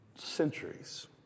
centuries